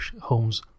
Holmes